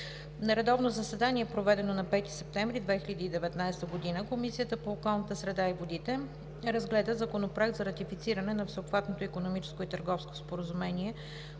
На редовно заседание, проведено на 5 септември 2019 г., Комисията по околната среда и водите разгледа Законопроект за ратифициране на Всеобхватното икономическо и търговско споразумение